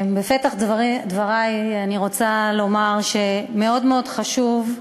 בפתח דברי אני רוצה לומר, מאוד מאוד חשוב,